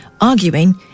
arguing